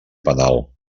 penal